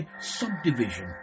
subdivision